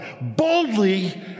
boldly